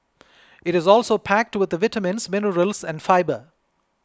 it is also packed with vitamins minerals and fibre